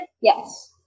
Yes